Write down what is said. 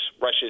Russia